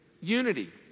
unity